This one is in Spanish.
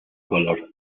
color